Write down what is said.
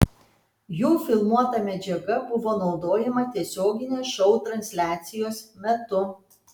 jų filmuota medžiaga buvo naudojama tiesioginės šou transliacijos metu